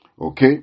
Okay